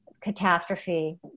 catastrophe